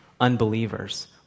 unbelievers